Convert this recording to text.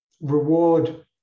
Reward